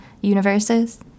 universes